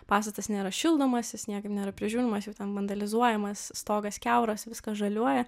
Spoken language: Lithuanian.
pastatas nėra šildomasis jis niekaip nėra prižiūrimas jau ten vandalizuojamas stogas kiauras viskas žaliuoja